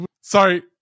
Sorry